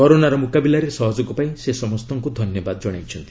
କରୋନାର ମୁକାବିଲାରେ ସହଯୋଗ ପାଇଁ ସେ ସମସ୍ତଙ୍କୁ ଧନ୍ୟବାଦ ଜଣାଇଛନ୍ତି